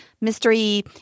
mystery